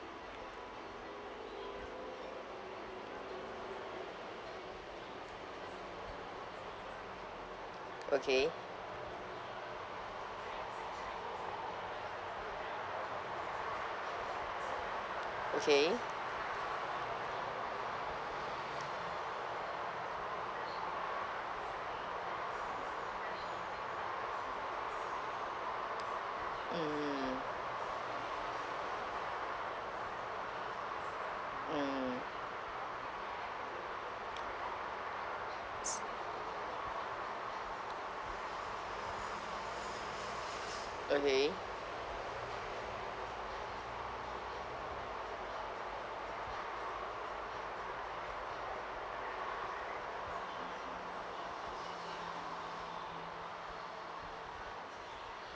okay okay mm mm okay